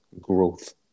Growth